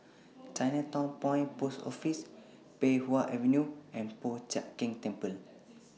Chinatown Point Post Office Pei Wah Avenue and Po Chiak Keng Temple